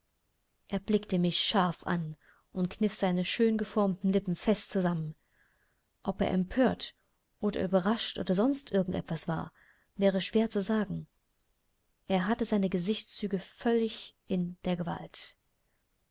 er blickte mich scharf an und kniff seine schön geformten lippen fest zusammen ob er empört oder überrascht oder sonst irgend etwas war wäre schwer zu sagen er hatte seine gesichtszüge vollständig in der gewalt